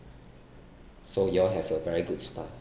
so you all have a very good staff